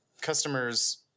customers